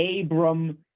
Abram